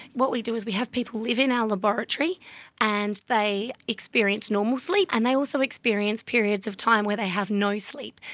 what we do is we have people live in our laboratory and they experience normal sleep and they also experience periods of time when they have no sleep.